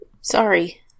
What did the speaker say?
sorry